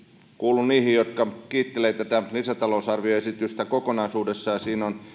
kuulun niihin jotka kiittelevät tätä lisätalousarvioesitystä kokonaisuudessaan siinä on